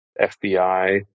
FBI